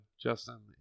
Justin